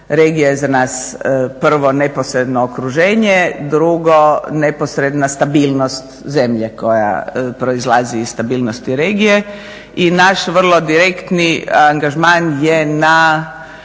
Regija je za nas prvo neposredno okruženje, drugo neposredna stabilnost zemlje koja proizlazi iz stabilnosti regije. I naš vrlo direktni angažman je na